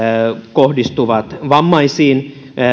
kohdistuvat vammaisiin